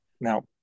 Now